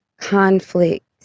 conflict